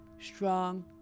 Strong